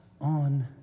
on